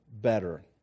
better